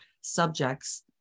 subjects